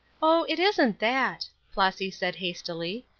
oh, it isn't that, flossy said, hastily.